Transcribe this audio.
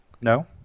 No